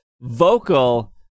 vocal